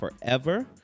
forever